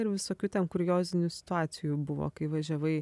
ir visokių ten kuriozinių situacijų buvo kai važiavai